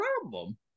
problem